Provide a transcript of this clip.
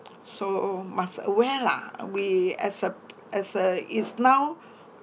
so must aware lah we as a p~ as a is now